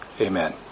Amen